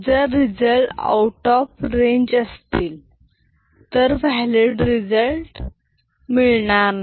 जर result out of range असतील तर व्हॅलिड रिझल्ट मिळणार नाही